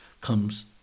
comes